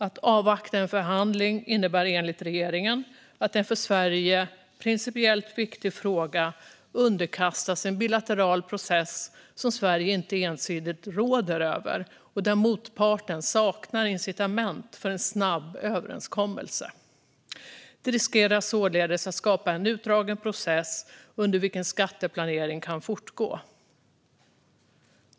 Att avvakta en förhandling innebär enligt regeringen att en för Sverige principiellt viktig fråga underkastas en bilateral process som Sverige inte ensidigt råder över och där motparten saknar incitament för en snabb överenskommelse. Det riskerar således att skapa en utdragen process under vilken skatteplanering kan fortgå.